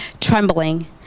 trembling